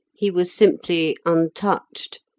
he was simply untouched.